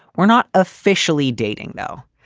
we're not officially dating, though.